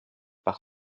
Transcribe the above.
par